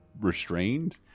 restrained